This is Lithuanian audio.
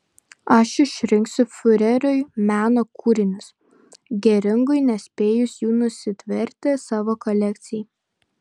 aš išrinksiu fiureriui meno kūrinius geringui nespėjus jų nusitverti savo kolekcijai